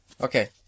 Okay